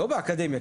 לא באקדמיה,